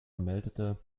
meldete